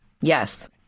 Yes